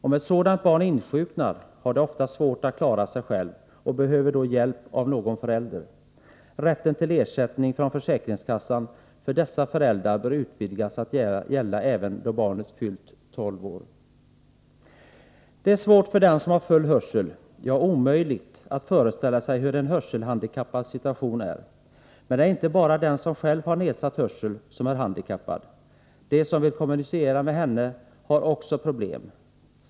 Om ett sådant barn insjuknar har det ofta svårt att klara sig själv och behöver då hjälp av någon förälder. Rätten för dessa föräldrar till ersättning från försäkringskassan bör utvidgas till att gälla även då barnet fyllt 12 år. Det är svårt för den som har full hörselförmåga — ja, omöjligt — att föreställa sig hur en hörselhandikappads situation är. Men det är inte bara den som själv har nedsatt hörsel som är handikappad. De som vill kommunicera med henne har också problem.